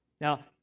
Now